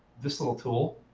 this little tool.